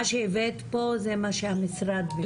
מה שהבאת פה זה מה שהמשרד מתקצב.